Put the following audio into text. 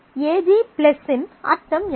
AG இன் அர்த்தம் என்ன